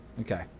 Okay